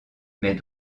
mais